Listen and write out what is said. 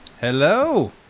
Hello